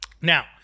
Now